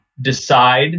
decide